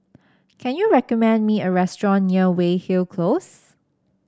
can you recommend me a restaurant near Weyhill Close